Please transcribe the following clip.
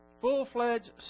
full-fledged